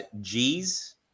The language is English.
G's